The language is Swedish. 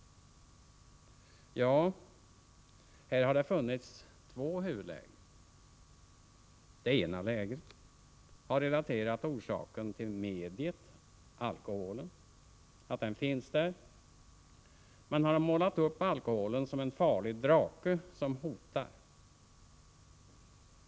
Ja, här har det funnits två huvudläger. Det ena lägret har relaterat orsaken till att medlet, alkoholen, finns där; man har målat upp alkoholen som en farlig drake som hotar.